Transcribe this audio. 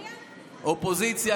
אופוזיציה,